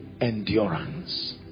endurance